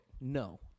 No